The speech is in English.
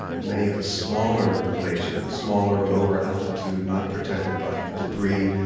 many of the smaller glaciers, smaller, lower altitude, not protected by debris,